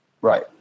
Right